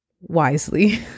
wisely